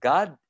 God